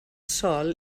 sol